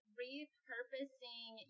repurposing